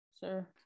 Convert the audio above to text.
sir